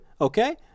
okay